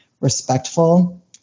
respectful